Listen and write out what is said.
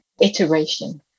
iteration